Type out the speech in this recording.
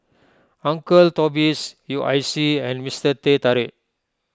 Uncle Toby's U I C and Mister Teh Tarik